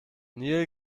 nil